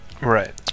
right